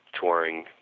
touring